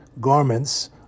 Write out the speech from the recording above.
garments